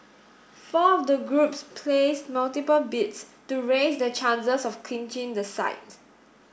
four of the groups placed multiple bids to raise their chances of clinching the site